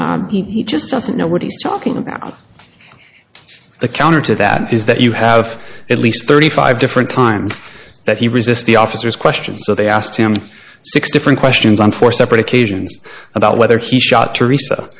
did he just doesn't know what he's talking about the counter to that is that you have at least thirty five different times that he resists the officers question so they asked him six different questions on four separate occasions about whether he shot teresa